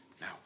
Now